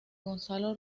gonzalo